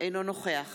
אינו נוכח